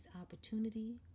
opportunity